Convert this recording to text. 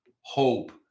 hope